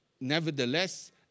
nevertheless